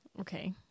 Okay